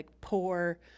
poor